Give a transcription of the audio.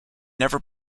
never